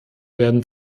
werden